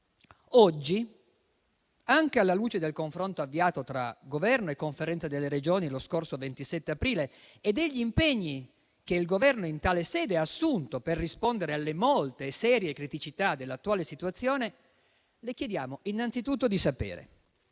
oggi, anche alla luce del confronto avviato tra Governo e Conferenza delle Regioni lo scorso 27 aprile e degli impegni che il Governo in tale sede ha assunto per rispondere alle molte e serie criticità dell'attuale situazione, le chiediamo innanzitutto di sapere: